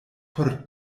por